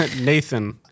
Nathan